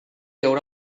haurà